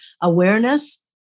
awareness